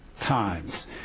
times